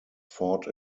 fought